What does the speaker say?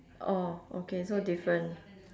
orh okay so different